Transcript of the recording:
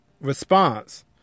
response